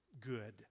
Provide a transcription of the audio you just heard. good